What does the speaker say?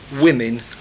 women